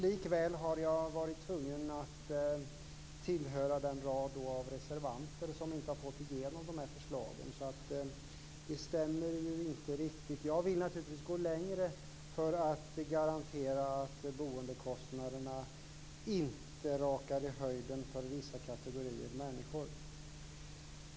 Likväl har jag varit tvungen att tillhöra den rad av reservanter som inte har fått igenom de här förslagen. Så det stämmer inte riktigt. Jag vill naturligtvis gå längre för att garantera att boendekostnaderna inte rakar i höjden för vissa kategorier människor.